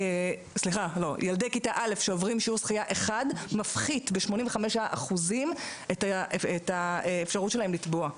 זה מפחית ב-85% את הסיכון שלהם לטבוע.